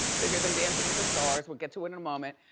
bigger than dancing with the stars, we'll get to it in a moment.